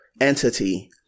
entity